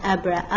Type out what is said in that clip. Abra